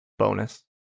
bonus